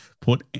put